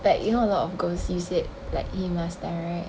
but you know a lot of girls you said like him last time right